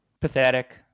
pathetic